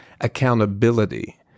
accountability